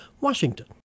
Washington